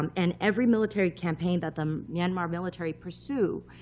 um and every military campaign that the myanmar military pursued